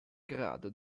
grado